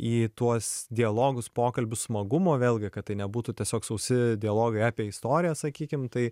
į tuos dialogus pokalbius smagumo vėlgi kad tai nebūtų tiesiog sausi dialogai apie istoriją sakykim tai